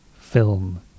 film